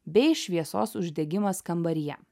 bei šviesos uždegimas kambaryje